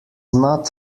not